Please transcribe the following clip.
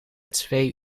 twee